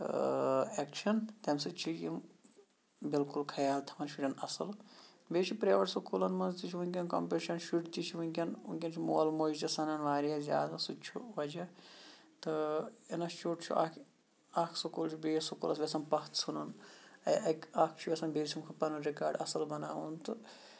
action تَمہِ سۭتۍ چھُ یِم بِلکُل خیال تھاوان شُرٮ۪ن اَصٕل بیٚیہِ چھُ پریویٹ سکوٗلن منٛز تہِ چھُ وٕنکیٚن کَمپِٹشن شُرۍ تہِ چھِ وٕنکیٚن وٕنکیٚن چھُ مول موج تہِ سَنان واریاہ زیادٕ سُہ تہِ چھُ وجہہ تہٕ اِنسچوٗٹ چھُ اکھ اکھ سکوٗل چھُ بیٚیس سکوٗلَس یژھان پَتھ ژھنُن اکھ چھُ یَژھان بیٚیہِ سٕندۍ کھۄتہٕ پَنُن رِکاڈ اَصٕل بَناوُن